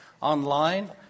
online